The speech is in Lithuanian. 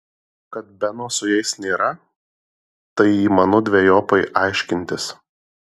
kad beno su jais nėra tai įmanu dvejopai aiškintis